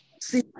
See